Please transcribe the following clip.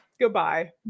Goodbye